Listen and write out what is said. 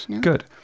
Good